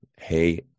hey